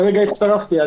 הרגע הצטרפתי.